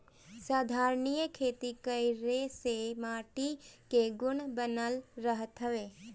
संधारनीय खेती करे से माटी कअ गुण बनल रहत हवे